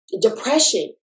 depression